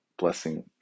blessing